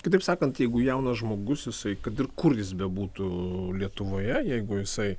kitaip sakant jeigu jaunas žmogus jisai kad ir kur jis bebūtų lietuvoje jeigu jisai